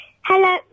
Hello